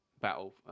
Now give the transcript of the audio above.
battle